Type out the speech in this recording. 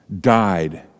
died